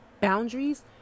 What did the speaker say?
Boundaries